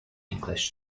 english